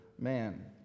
man